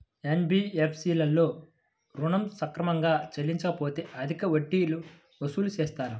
NBFC లలో ఋణం సక్రమంగా చెల్లించలేకపోతె అధిక వడ్డీలు వసూలు చేస్తారా?